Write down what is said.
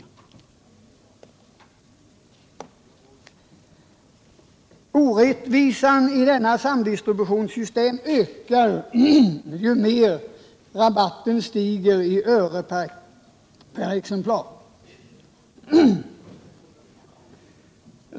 Orättvisan i detta samdistributionssystem ökar ju mer rabatten stiger i öre per exemplar.